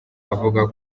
avuga